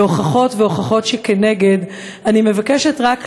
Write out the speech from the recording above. והוכחות והוכחות שכנגד, אני מבקשת רק להאיר,